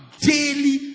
daily